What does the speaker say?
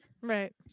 Right